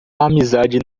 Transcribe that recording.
amizade